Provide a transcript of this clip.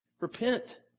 Repent